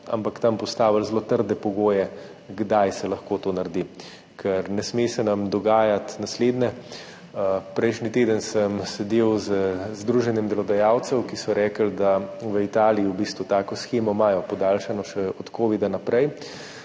ampak tam bomo postavili zelo trde pogoje, kdaj se lahko to naredi. Ne sme se nam namreč dogajati naslednje; prejšnji teden sem sedel z Združenjem delodajalcev, ki so rekli, da v Italiji v bistvu tako shemo imajo podaljšano še od covida naprej,